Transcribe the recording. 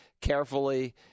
carefully